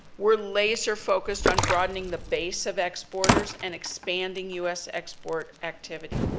we're laser focused on broadening the base of exporters and expanding u s. export activity.